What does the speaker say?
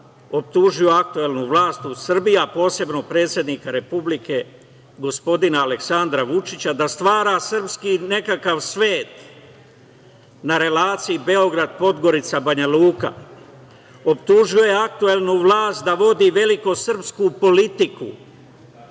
optužio aktuelnu vlast u Srbiji, a posebno predsednika Republike, gospodina Aleksandra Vučića da stvara srpski nekakav svet na relaciji Beograd-Podgorica-Banjaluka, optužuje aktuelnu vlast da vodi velikosrpsku politiku,